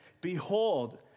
behold